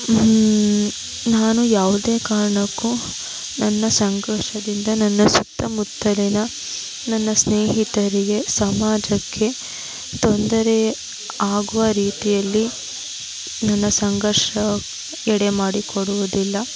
ನಾನು ಯಾವುದೇ ಕಾರಣಕ್ಕೂ ನನ್ನ ಸಂಘರ್ಷದಿಂದ ನನ್ನ ಸುತ್ತ ಮುತ್ತಲಿನ ನನ್ನ ಸ್ನೇಹಿತರಿಗೆ ಸಮಾಜಕ್ಕೆ ತೊಂದರೆ ಆಗುವ ರೀತಿಯಲ್ಲಿ ನನ್ನ ಸಂಘರ್ಷ ಎಡೆಮಾಡಿಕೊಡುದಿಲ್ಲ